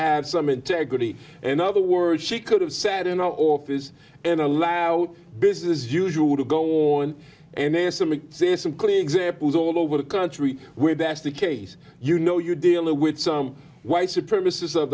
have some integrity and other words she could have sat in our office and allowed business as usual to go on and then some and see some clear examples all over the country where that's the case you know you're dealing with some white supremacist of